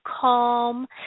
calm